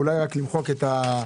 אולי רק למחוק את השמות.